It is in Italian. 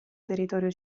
territorio